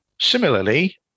Similarly